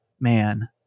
man